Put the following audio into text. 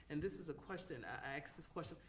and this is a question, i ask this question,